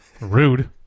Rude